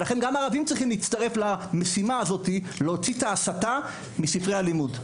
לכן גם הערבים צריכים להצטרף למאבק להוצאת ההסתה לאלימות מספרי הלימוד.